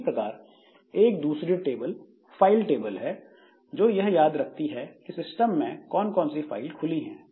इसी प्रकार एक दूसरी टेबल फाइल टेबल है जो यह याद रखती है कि इस सिस्टम में कौन कौन सी फाइल खुली है